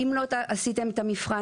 אם הם לא עשו את המבחן,